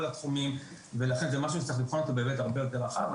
התחומים ולכן זה משהו שצריך לבחון אותו בצורה יותר רחבה.